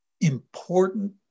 important